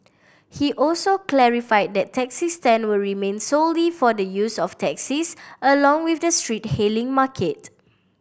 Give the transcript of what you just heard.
he also clarified that taxi stand will remain solely for the use of taxis along with the street hailing market